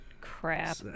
Crap